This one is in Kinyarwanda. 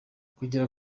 kugera